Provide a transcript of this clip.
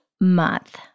month